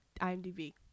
IMDB